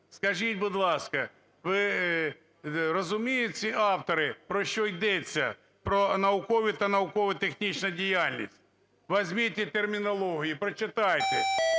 Скажіть, будь ласка, розуміють ці автори, про що йдеться, про наукову та науково-технічну діяльність. Візьміть термінологію і прочитайте,